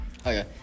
okay